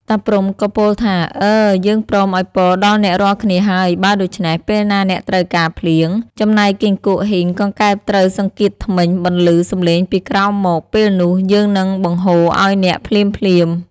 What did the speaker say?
តាព្រហ្មក៏ពោលថា “អើ! យើងព្រមឱ្យពរដល់អ្នករាល់គ្នាហើយ បើដូច្នេះពេលណាអ្នកត្រូវការភ្លៀង ចំណែកគីង្គក់ហ៊ីង កង្កែបត្រូវសង្កៀតធ្មេញ បន្លឺ សំឡេងពីក្រោមមក ពេលនោះ យើងនឹងបង្គួរឱ្យអ្នកភ្លាមៗ” ។